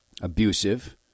abusive